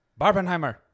Barbenheimer